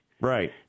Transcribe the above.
Right